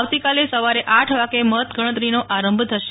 આવતી કાલે સવારે આઠ વાગે મતગણતરીનો આરંભ થશે